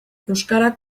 euskarak